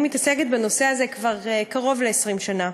אני מתעסקת בנושא הזה כבר קרוב ל-20 שנה.